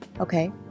Okay